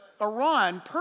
Iran